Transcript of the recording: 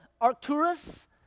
Arcturus